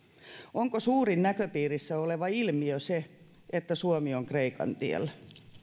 onko suurin näköpiirissä oleva ilmiö se että suomi on kreikan tiellä